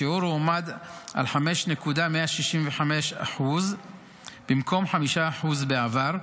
השיעור הועמד על 5.165% במקום 5% בעבר,